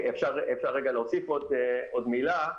אפשר להוסיף עוד מילה,